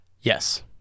Yes